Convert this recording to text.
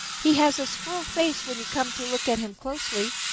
he has a squirrel face when you come to look at him closely.